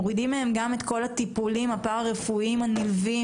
מורידים מהם גם את כל הטיפולים הפרא-רפואיים הנלווים,